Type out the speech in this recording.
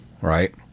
right